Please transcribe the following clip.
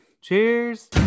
Cheers